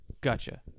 Gotcha